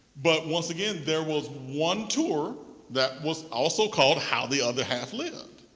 but once again, there was one tour that was also called, how the other half lived.